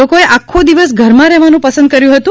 લોકોએ આખો દિવસ ઘરમાં રહેવાનું પસંદ કર્યું હતું